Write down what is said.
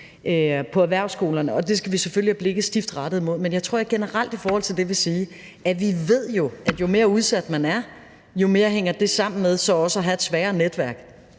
på erhvervsskolerne, skal vi selvfølgelig have blikket stift rettet mod det. Men jeg tror, at jeg generelt i forhold til det vil sige, at vi ved, at jo mere udsat man er, jo mere hænger det sammen med også at have et svagere netværk.